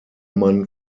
mann